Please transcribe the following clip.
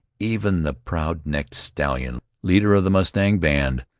even the proud-necked stallion, leader of the mustang band,